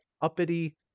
uppity